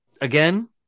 again